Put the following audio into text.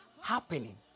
happening